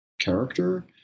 character